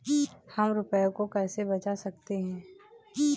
हम रुपये को कैसे बचा सकते हैं?